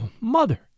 mother